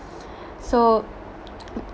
so